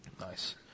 Nice